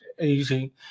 easy